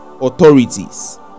authorities